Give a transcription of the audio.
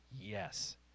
Yes